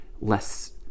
less